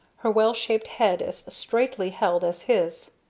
her well-shaped head as straightly held as his.